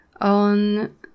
on